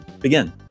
begin